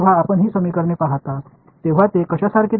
இப்போது இந்த சமன்பாடுகளைப் பார்க்கும்போது அவை எப்படி இருக்கும்